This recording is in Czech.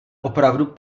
opravdu